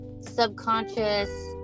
subconscious